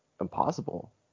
impossible